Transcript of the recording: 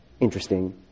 interesting